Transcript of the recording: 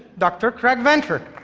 dr. craig venter.